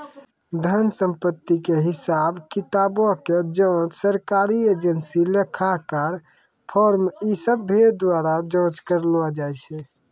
धन संपत्ति के हिसाब किताबो के जांच सरकारी एजेंसी, लेखाकार, फर्म इ सभ्भे द्वारा जांच करलो जाय छै